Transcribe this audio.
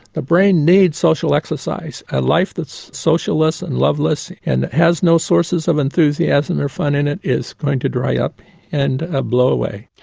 the brain needs social exercise. a life that's social-less and love-less and has no sources of enthusiasm or fun in it is going to dry up and ah blow away.